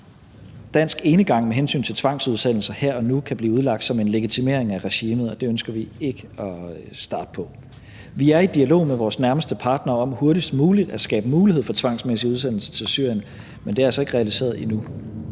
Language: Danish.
Dansk enegang med hensyn til tvangsudsendelser her og nu kan blive udlagt som en legitimering af regimet, og det ønsker vi ikke at starte på. Vi er i dialog med vores nærmeste partnere om hurtigst muligt at skabe mulighed for tvangsmæssig udsendelse til Syrien, men det er altså ikke realiseret endnu.